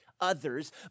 others